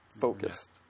focused